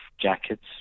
jackets